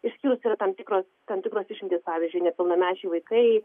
išskyrus yra tam tikros tam tikros išimtys pavyzdžiui nepilnamečiai vaikai